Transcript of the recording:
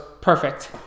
perfect